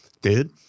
dude